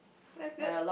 that's good